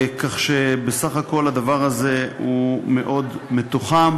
כך שבסך הכול הדבר הזה הוא מאוד מתוחם.